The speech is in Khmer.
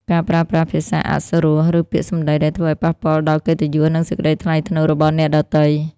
ការប្រើប្រាស់ភាសាអសុរោះ ឬពាក្យសម្ដីដែលធ្វើឲ្យប៉ះពាល់ដល់កិត្តិយស និងសេចក្ដីថ្លៃថ្នូររបស់អ្នកដទៃ។